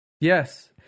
yes